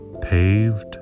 paved